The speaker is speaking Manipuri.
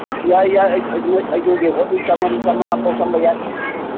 ꯌꯥꯏ ꯌꯥꯏ ꯑꯩ ꯑꯩ ꯅꯣꯏ ꯑꯩꯈꯣꯏꯒꯤ ꯅꯣꯏ ꯆꯥꯝꯃꯔꯤ ꯆꯥꯝꯃꯉꯥ ꯐꯥꯎ ꯆꯪꯕ ꯌꯥꯏ